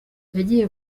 yagiye